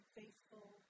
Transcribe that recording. faithful